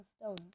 stone